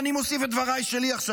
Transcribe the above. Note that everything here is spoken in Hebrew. אני מוסיף את דבריי שלי עכשיו,